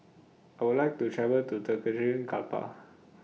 I Would like to travel to Tegucigalpa